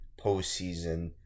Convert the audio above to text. postseason